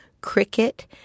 cricket